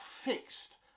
fixed